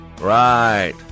Right